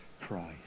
Christ